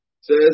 says